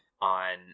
on